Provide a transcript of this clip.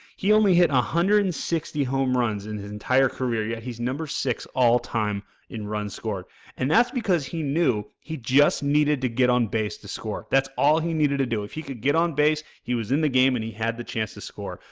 he only hit a one hundred and sixty home runs in his entire career yet he's number six all-time in runs scored and that's because he knew he just needed to get on base to score, that's all he needed to do. if he could get on base he was in the game and he had the chance to score.